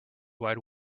wide